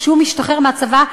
כשהוא משתחרר מהצבא,